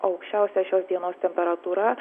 aukščiausia šios dienos temperatūra